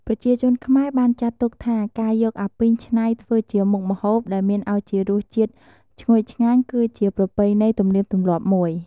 ប្រជាជនខ្មែរបានចាត់ទុកថា ការយកអាពីងច្នៃធ្វើជាមុខម្ហូបដែលមានឱជារសជាតិឈ្ងុយឆ្ងាញ់គឺជាប្រពៃណីទំនៀមទំលាប់មួយ។